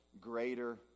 greater